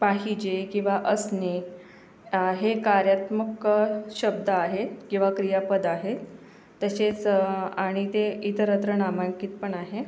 पाहिजे किंवा असणे हे कार्यात्मक शब्द आहे किंवा क्रियापद आहे तसेच आणि ते इतरत्र नामांकित पण आहे